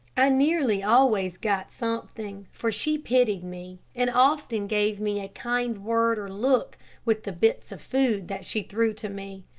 i nearly always got something, for she pitied me, and often gave me a kind word or look with the bits of food that she threw to me.